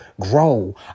grow